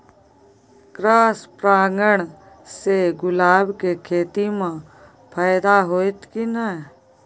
Cross परागण से गुलाब के खेती म फायदा होयत की नय?